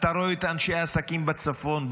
אתה רואה את אנשי העסקים בצפון,